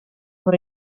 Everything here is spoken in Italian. con